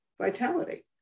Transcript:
Vitality